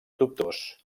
dubtós